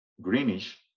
greenish